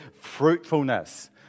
fruitfulness